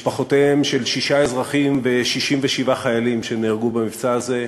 משפחותיהם של שישה אזרחים ו-67 חיילים שנהרגו במבצע הזה,